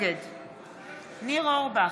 נגד ניר אורבך,